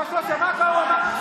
שמעת מה הוא אמר עכשיו?